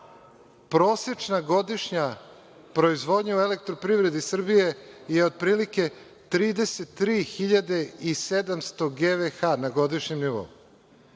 prosečna godišnja proizvodnja u „Elektroprivredi“ Srbije je otprilike 33.700 GVH na godišnjem nivou.